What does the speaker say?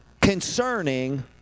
concerning